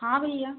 हाँ भैया